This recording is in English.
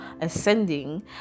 ascending